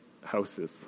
houses